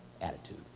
Attitude